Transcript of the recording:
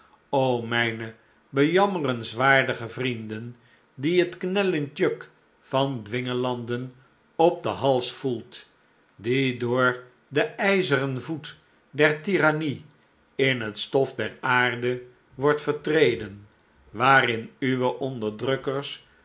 mijne bejammerenswaardige vrienden die het knellend juk van dwingelanden op den hals voelt die door den ijzeren voet der tirannie in het stof der aarde wordt vertreden waarin uwe onderdrukkers